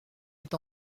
est